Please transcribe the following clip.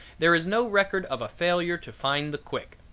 there is no record of a failure to find the quick.